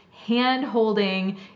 hand-holding